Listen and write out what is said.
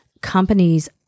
companies